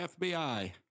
FBI